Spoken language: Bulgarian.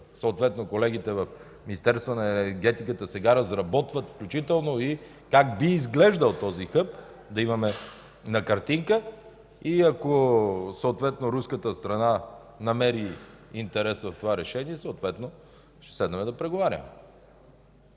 колегите в Министерство на енергетиката сега разработват включително и как би изглеждал този хъб да го имаме на картинка, и ако руската страна намери интерес в това решение, съответно ще седнем да преговаряме.